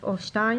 ו-(2)